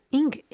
ink